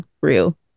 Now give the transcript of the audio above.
real